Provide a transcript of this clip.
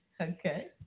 Okay